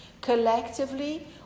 Collectively